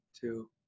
two